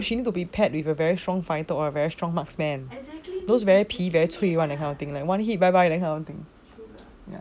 no she has to be paired with a very strong fighter or a very strong marksman those 皮 very 脆 [one] that kind one hit bye bye that kind of thing